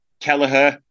Kelleher